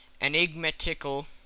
enigmatical